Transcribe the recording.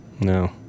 No